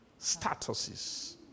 statuses